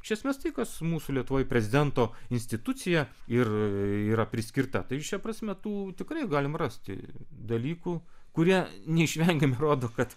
iš esmės tai kas mūsų lietuvoje prezidento institucija ir yra priskirta tai šia prasme tų tikrai galim rasti dalykų kurie neišvengiamai rodo kad